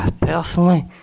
personally